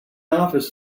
office